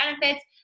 benefits